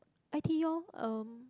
I_T_E orh um